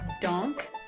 Donk